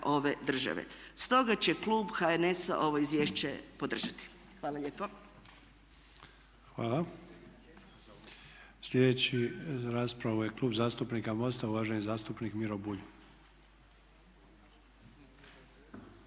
ove države. Stoga će klub HNS-a ovo izvješće podržati. Hvala lijepo. **Sanader, Ante (HDZ)** Hvala. Slijedeći za raspravu je Klub zastupnika MOST-a uvaženi zastupnik Miro Bulj.